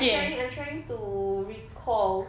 I find it I'm trying to recall